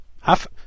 half